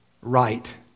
right